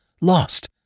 lost